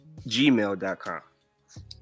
gmail.com